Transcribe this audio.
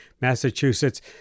Massachusetts